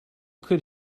could